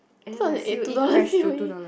two thousand eight two thousand C_O_E